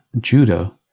judah